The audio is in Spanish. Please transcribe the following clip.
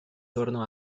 torno